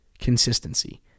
Consistency